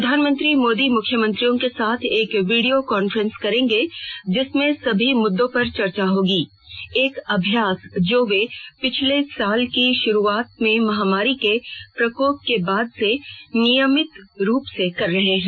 प्रधान मंत्री मोदी मुख्यमंत्रियों के साथ एक वीडियो कॉन्फ्रेंस करेंगे जिसमें सभी मुद्दों पर चर्चा होगी एक अभ्यास जो वे पिछले साल की शुरुआत में महामारी के प्रकोप के बाद से नियमित रूप से कर रहे हैं